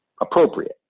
appropriate